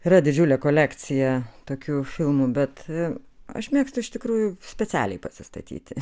yra didžiulė kolekcija tokių filmų bet aš mėgstu iš tikrųjų specialiai pasistatyti